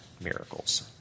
miracles